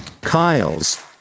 Kyle's